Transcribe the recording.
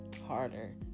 harder